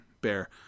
bear